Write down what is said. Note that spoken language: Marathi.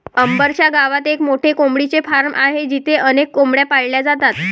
अंबर च्या गावात एक मोठे कोंबडीचे फार्म आहे जिथे अनेक कोंबड्या पाळल्या जातात